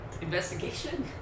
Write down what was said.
Investigation